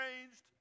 changed